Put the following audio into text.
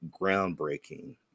groundbreaking